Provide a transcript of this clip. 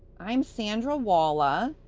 i'm sandra waala,